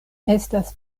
estas